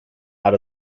out